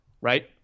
Right